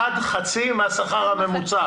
עד חצי מהשכר הממוצע.